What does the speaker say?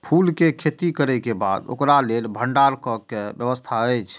फूल के खेती करे के बाद ओकरा लेल भण्डार क कि व्यवस्था अछि?